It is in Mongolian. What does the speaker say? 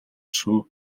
шүү